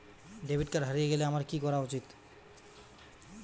Debit card হারিয়ে গেলে আমার কি করা উচিৎ?